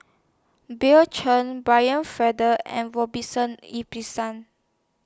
Bill Chen Brian Farrell and Ibbetson